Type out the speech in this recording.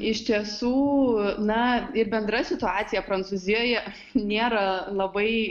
iš tiesų na ir bendra situacija prancūzijoje nėra labai